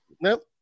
Nope